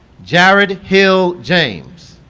jared hill james